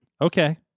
Okay